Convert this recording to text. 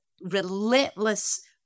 relentless